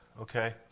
Okay